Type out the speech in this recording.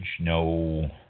no